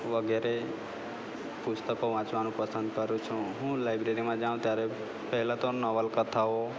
વગેરે પુસ્તકો વાંચવાનું પસંદ કરું છું હું લાઇબ્રેરીમાં જાઉં ત્યારે પહેલાં તો નવલકથાઓ